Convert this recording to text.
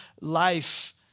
life